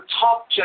top